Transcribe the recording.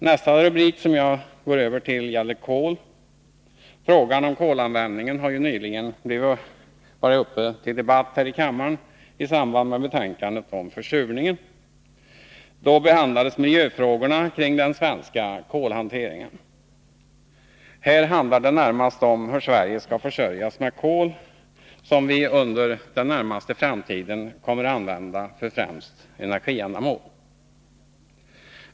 Nästa rubrik, som jag nu går över till, gäller kol. Frågan om kolanvändningen har ju nyligen varit uppe till debatt här i kammaren i samband med betänkandet om försurningen. Då behandlades miljöfrågorna kring den svenska kolhanteringen. Här handlar det närmast om hur Sverige skall försörjas med det kol som vi under den närmaste framtiden kommer att använda för främst energiändamål.